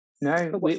No